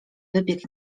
wypiek